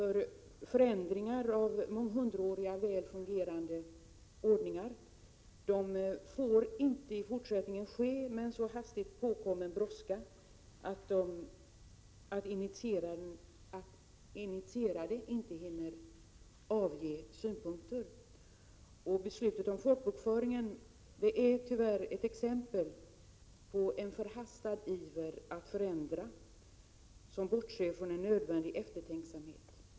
Förändringar i månghundraåriga välfungerande ordningar får inte i fortsättningen ske med en så hastigt påkommen brådska att inte heller initierade kan avge synpunkter. Beslutet om folkbokföringen är tyvärr ett exempel på en förhastad iver att förändra, där man bortsett från nödvändig eftertänksamhet.